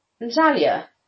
Natalia